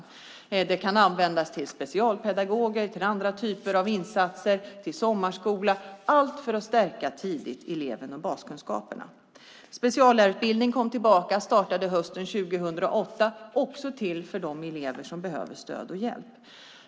Dessa pengar kan användas till specialpedagoger, till sommarskola och till andra typer av insatser - allt för att tidigt stärka elevernas baskunskaper. Speciallärarutbildningen kom tillbaka och startade hösten 2008. Det är också riktat till de elever som behöver stöd och hjälp.